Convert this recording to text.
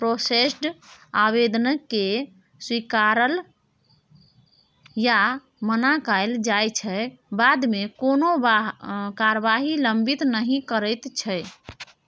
processed आबेदनकेँ स्वीकारल या मना कएल जाइ छै बादमे कोनो कारबाही लंबित नहि रहैत छै